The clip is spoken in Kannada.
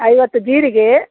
ಐವತ್ತು ಜೀರಿಗೆ